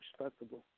respectable